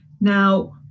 Now